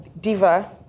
Diva